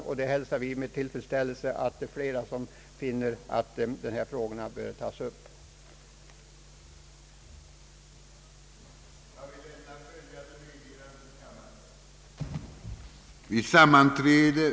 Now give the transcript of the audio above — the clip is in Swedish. Vi hälsar med tillfredsställelse att flera finner att de regionalpolitiska frågorna bör tas upp på ett aktivare sätt.